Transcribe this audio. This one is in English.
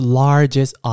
largest